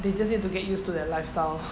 they just need to get used to their lifestyle